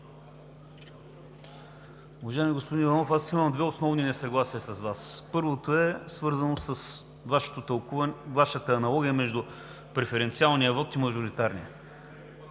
Уважаеми господин Иванов, аз имам две основни несъгласия с Вас. Първото е свързано с Вашата аналогия между преференциалния вот и мажоритарния.